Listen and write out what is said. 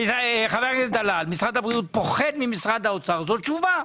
משרד הבריאות פוחד ממשרד האוצר, זאת התשובה,